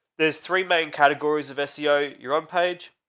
there's three main categories of seo, your own page,